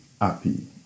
happy